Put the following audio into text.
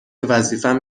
وظیفم